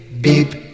beep